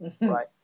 Right